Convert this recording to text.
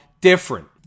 different